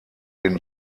den